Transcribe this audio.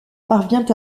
parvient